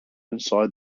inside